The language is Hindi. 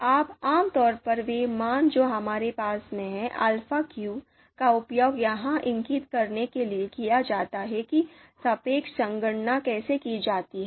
अब आमतौर पर वे मान जो हमारे पास में हैं Alpha q का उपयोग यह इंगित करने के लिए किया जाता है कि सापेक्ष संगणना कैसे की जाती है